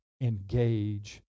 engage